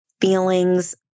feelings